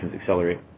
accelerate